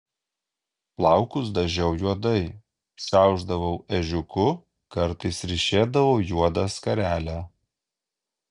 plaukus dažiau juodai šiaušdavau ežiuku kartais ryšėdavau juodą skarelę